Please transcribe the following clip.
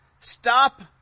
stop